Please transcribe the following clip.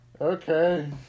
Okay